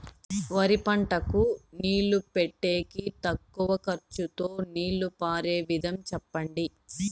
వరి పంటకు నీళ్లు పెట్టేకి తక్కువ ఖర్చుతో నీళ్లు పారే విధం చెప్పండి?